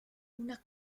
una